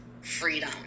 freedom